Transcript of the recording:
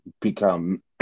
become